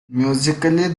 musically